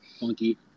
funky